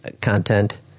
content